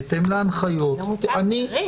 בהתאם להנחיות --- הוא לא רק צריך,